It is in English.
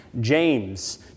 James